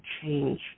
change